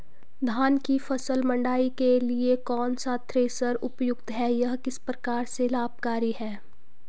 धान की फसल मड़ाई के लिए कौन सा थ्रेशर उपयुक्त है यह किस प्रकार से लाभकारी है?